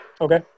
Okay